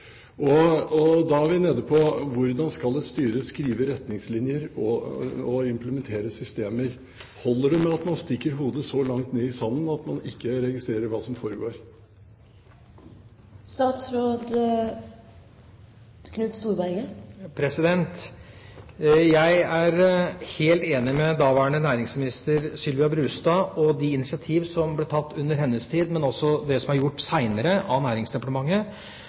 Da er vi nede på hvordan et styre skal skrive retningslinjer og implementere systemer. Holder det at man stikker hodet så langt ned i sanden at man ikke registrerer hva som foregår? Jeg er helt enig med daværende næringsminister Sylvia Brustad i de initiativ som ble tatt under hennes tid, men er også enig i det som er gjort av Næringsdepartementet